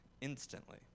instantly